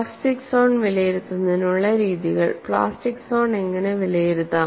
plastic zone വിലയിരുത്തുന്നതിനുള്ള രീതികൾ plastic zone എങ്ങനെ വിലയിരുത്താം